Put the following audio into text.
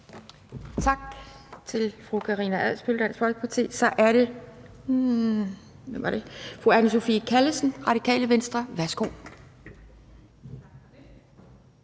Tak til fru Karina Adsbøl, Dansk Folkeparti. Så er det fru Anne Sophie Callesen, Radikale Venstre. Værsgo.